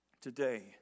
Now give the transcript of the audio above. today